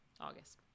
August